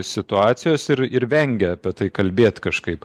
situacijos ir ir vengia apie tai kalbėt kažkaip